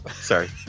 Sorry